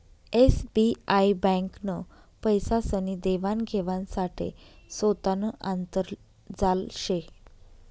SBI ब्यांकनं पैसासनी देवान घेवाण साठे सोतानं आंतरजाल शे